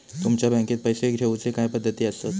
तुमच्या बँकेत पैसे ठेऊचे काय पद्धती आसत?